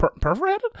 perforated